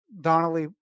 Donnelly